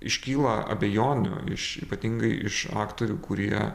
iškyla abejonių iš ypatingai iš aktorių kurie